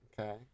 Okay